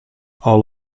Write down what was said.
all